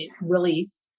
released